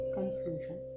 confusion